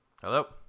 Hello